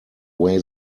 way